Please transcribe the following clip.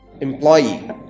employee